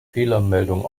fehlermeldung